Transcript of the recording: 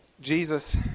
Jesus